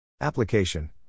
Application